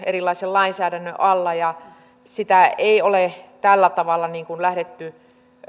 erilaisen lainsäädännön alla ja sitä ei ole tällä tavalla lähdetty